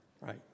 right